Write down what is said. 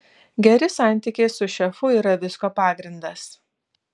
geri santykiai su šefu yra visko pagrindas